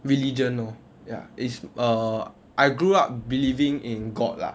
religion lor ya it's err I grew up believing in god lah